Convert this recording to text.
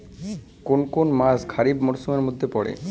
কোন কোন মাস খরিফ মরসুমের মধ্যে পড়ে?